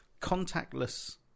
contactless